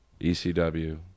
ECW